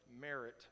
merit